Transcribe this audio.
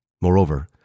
Moreover